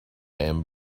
and